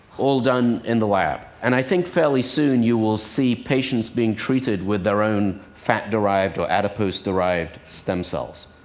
all done in the lab. and i think fairly soon, you will see patients being treated with their own fat-derived, or adipose-derived, stem cells.